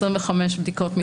25 בדיקות מדגמיות.